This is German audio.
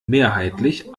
mehrheitlich